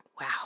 Wow